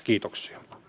kiitoksia